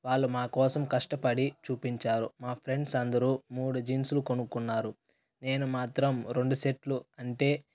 వాళ్ళు మా కోసం కష్టపడి చూపించారు మా ఫ్రెండ్స్ అందరూ మూడు జీన్స్లు కొనుక్కున్నారు నేను మాత్రం రెండు సెట్లు అంటే